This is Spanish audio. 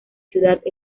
ciudad